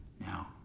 now